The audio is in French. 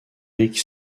rick